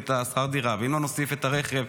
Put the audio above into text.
את שכר הדירה ואם לא נוסיף את הרכב.